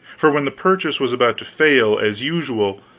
for when the purchase was about to fail, as usual,